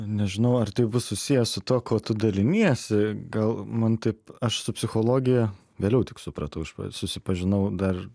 nežinau ar tai bus susiję su tuo kuo tu daliniesi gal man taip aš su psichologija vėliau tik supratau aš susipažinau dar